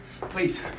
please